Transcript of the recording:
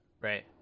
Right